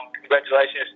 Congratulations